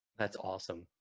that's awesome,